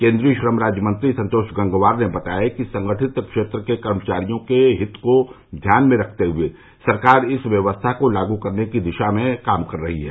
केन्द्रीय श्रम राज्य मंत्री संतोष गंगवार ने बताया कि संगठित क्षेत्र के कर्मचारियों के हित को ध्यान में रखते हुए सरकार इस व्यवस्था को लागू करने की दिशा में काम कर रही है